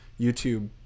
YouTube